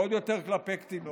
ועוד יותר כלפי קטינות.